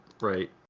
Right